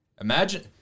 Imagine